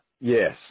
Yes